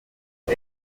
und